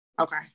Okay